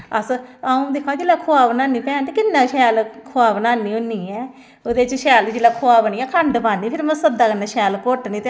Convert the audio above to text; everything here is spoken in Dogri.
मैह्कमें दी तरफ दा असें केंई बारी आखेआ के एह्दा कोई इलाज़ लप्पा करो कक्ख सुनवाई नी ऐ बागबानी दा कोई सफ्तर गै नी लब्भदा कुतै असेंगी